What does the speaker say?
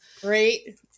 great